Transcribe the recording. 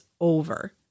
over